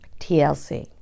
TLC